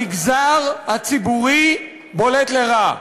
המגזר הציבורי בולט לרעה.